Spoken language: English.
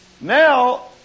Now